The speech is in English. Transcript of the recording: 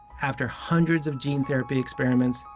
after hundreds of gene therapy experiments,